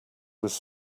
was